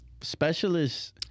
specialists—